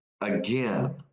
Again